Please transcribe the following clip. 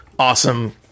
awesome